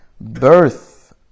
Birth